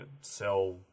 sell